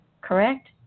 Correct